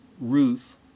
Ruth